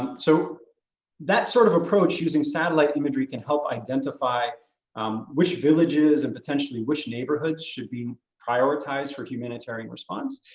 so that sort of approach using satellite imagery can help identify um which villages and potentially which neighborhoods should be prioritized for humanitarian response.